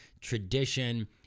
tradition